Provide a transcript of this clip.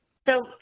so,